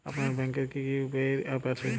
আপনার ব্যাংকের কি কি ইউ.পি.আই অ্যাপ আছে?